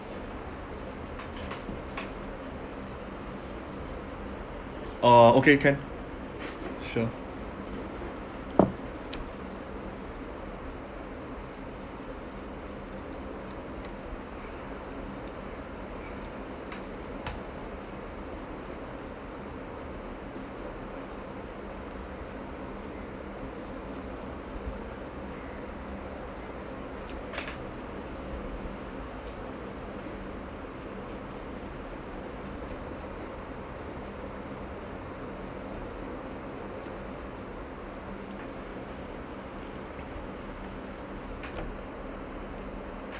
oh okay can sure